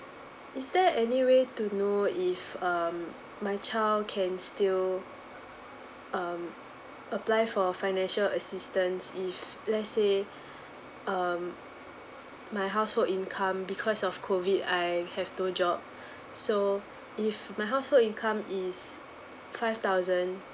is there any way to know if um my child can still um apply for financial assistance if let's say um my household income because of COVID I have no job so if my household income is five thousand